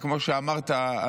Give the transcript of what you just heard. וכמו שאמרת,